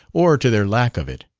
or to their lack of it.